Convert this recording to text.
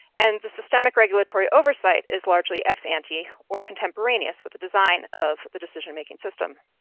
and the systemic regulatory oversight is largely ex-ante, or contemporaneous, with the design of the decision making system.